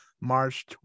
March